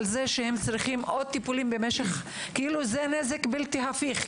צריכים עוד טיפולים כי זה כאילו נזק בלתי הפוך.